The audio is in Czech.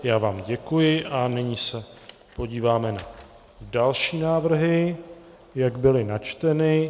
Já vám děkuji a nyní se podíváme na další návrhy, jak byly načteny.